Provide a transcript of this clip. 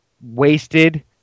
wasted